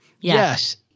Yes